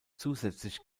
zusätzlich